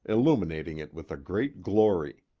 illuminating it with a great glory.